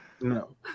No